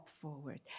forward